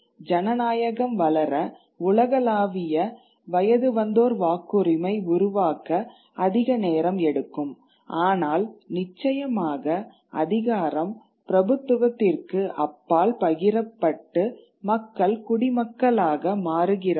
ஜனநாயகம் வளர உலகளாவிய வயதுவந்தோர் வாக்குரிமை உருவாக்க அதிக நேரம் எடுக்கும் ஆனால் நிச்சயமாக அதிகாரம் பிரபுத்துவத்திற்கு அப்பால் பகிரப்பட்டு மக்கள் குடிமக்களாக மாறுகிறார்கள்